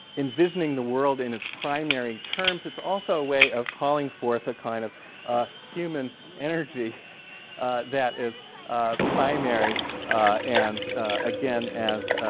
envisioning the world in its primary terms. it's also a way of calling forth a kind of human energy that is primary and again, as